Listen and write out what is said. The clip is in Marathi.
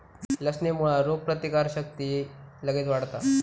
लसणेमुळा रोगप्रतिकारक शक्ती लगेच वाढता